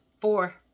four